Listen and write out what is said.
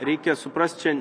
reikia suprast čia